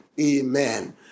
Amen